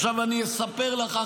עכשיו אני אספר לך,